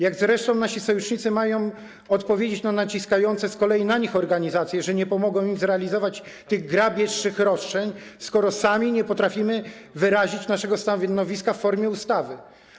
Jak nasi sojusznicy mają odpowiedzieć na naciskające z kolei na nich organizacje, że nie pomogą im zrealizować tych grabieżczych roszczeń, skoro sami nie potrafimy wyrazić naszego stanowiska w formie ustawy?